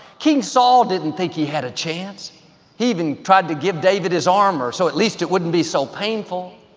king saul didn't think he had a chance. he even tried to give david his armor so at least it wouldn't be so painful.